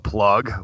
Plug